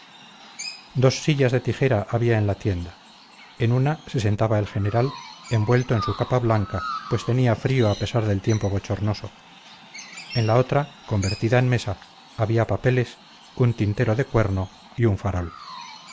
dos sillas de tijera había en la tienda en una se sentaba el general envuelto en su capa blanca pues tenía frío a pesar del tiempo bochornoso en la otra convertida en mesa había papeles un tintero de cuerno y un farol